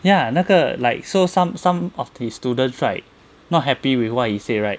ya 那个 like so some some of the students right not happy with what he said right